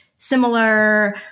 similar